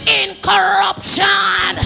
incorruption